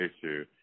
issue